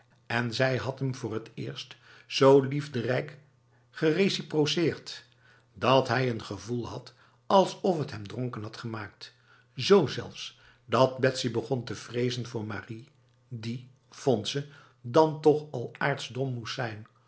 en zij had hem voor het eerst zo liefderijk gereciproceerd dat hij n gevoel had alsof t hem dronken had gemaakt z zelfs dat betsy begon te vrezen voor marie die vond ze dan toch al aartsdom moest zijn